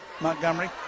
Montgomery